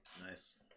nice